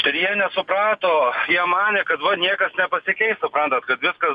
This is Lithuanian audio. ir jie nesuprato jie manė kad va niekas nepasikeis suprantat kad viskas